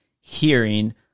hearing